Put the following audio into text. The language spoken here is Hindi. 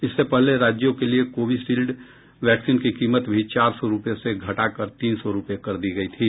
इससे पहले राज्यों के लिए को विशील्ड वैक्सीन की कीमत भी चार सौ रुपये से घटाकर तीन सौ रुपये कर दी गई थी